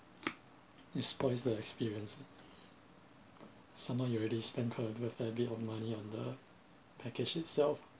it spoils the experience somehow you already spend quite a fair bit of money on the package itself